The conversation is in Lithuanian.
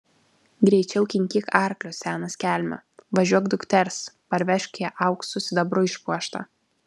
greičiau kinkyk arklius senas kelme važiuok dukters parvežk ją auksu sidabru išpuoštą